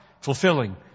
fulfilling